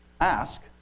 ask